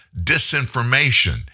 disinformation